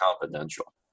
confidential